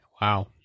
wow